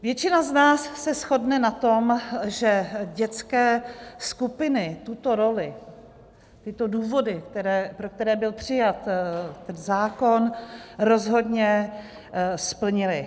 Většina z nás se shodne na tom, že dětské skupiny tuto roli, tyto důvody, pro které byl přijat zákon, rozhodně splnily.